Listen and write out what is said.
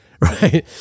Right